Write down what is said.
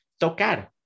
Tocar